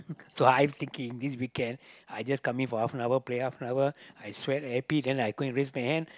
so I'm thinking this weekend I just come in for half an hour play half and hour I sweat happy then I go and raise my hand